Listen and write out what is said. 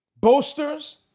boasters